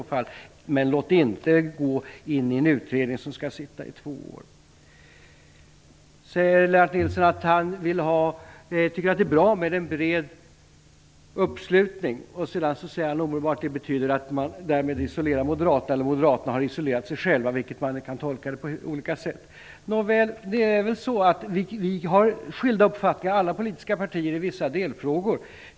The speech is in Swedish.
Men låt det inte gå in i en utredning som skall sitta i två år! Lennart Nilsson säger att han tycker att det är bra med en bred uppslutning, och omedelbart därefter säger han att det betyder att man därmed isolerar Moderaterna eller att Moderaterna har isolerat sig själva - det kan tolkas på olika sätt. Nåväl, alla politiska partier har skilda uppfattningar i vissa delfrågor.